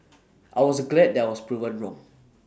I was glad that I was proven wrong